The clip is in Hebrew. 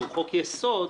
שהוא חוק-יסוד,